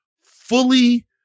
fully